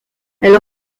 elle